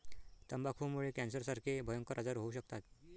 तंबाखूमुळे कॅन्सरसारखे भयंकर आजार होऊ शकतात